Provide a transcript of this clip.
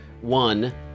One